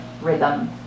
rhythm